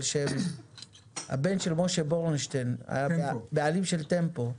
שם הבן של משה בורנשטיין הבעלים של טמפו,